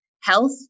health